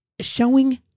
showing